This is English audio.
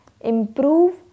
improve